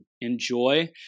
enjoy